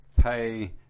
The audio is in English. pay